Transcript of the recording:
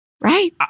Right